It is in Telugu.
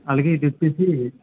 అలాగే ఇది వచ్చేసి